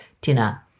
dinner